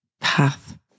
path